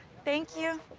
thank you!